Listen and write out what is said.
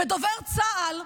ודובר צה"ל,